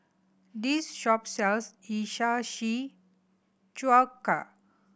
this shop sells Hiyashi Chuka